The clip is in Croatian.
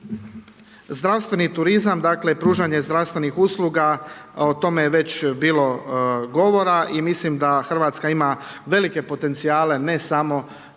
Zdravstveni turizam, dakle pružanje zdravstvenih usluga o tome je već bilo govora i mislim da Hrvatska ima velike potencijale ne samo